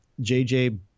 JJ